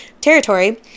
territory